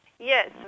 Yes